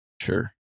Sure